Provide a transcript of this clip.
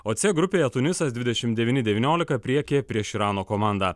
o c grupėje tunisas dvidešimt devyni devyniolika priekyje prieš irano komandą